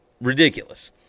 ridiculous